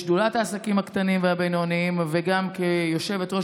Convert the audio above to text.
בשדולת העסקים הקטנים והבינוניים וגם יושבת-ראש